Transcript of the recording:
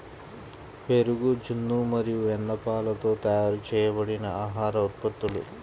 పెరుగు, జున్ను మరియు వెన్నపాలతో తయారు చేయబడిన ఆహార ఉత్పత్తులు